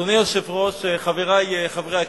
אדוני היושב-ראש, חברי חברי הכנסת,